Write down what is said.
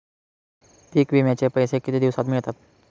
पीक विम्याचे पैसे किती दिवसात मिळतात?